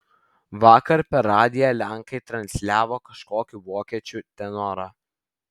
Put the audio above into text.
vakar per radiją lenkai transliavo kažkokį vokiečių tenorą